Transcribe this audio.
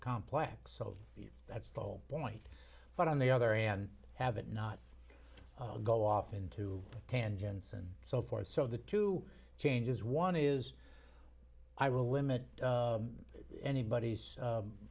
complex so that's the whole point but on the other hand have it not all go off into tangents and so forth so the two changes one is i will limit anybody's